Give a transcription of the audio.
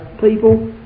people